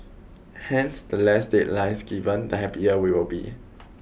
hence the less deadlines given the happier we will be